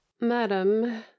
Madam